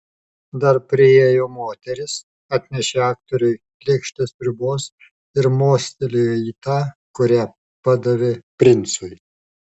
dar priėjo moteris atnešė aktoriui lėkštę sriubos ir mostelėjo į tą kurią padavė princui